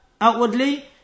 outwardly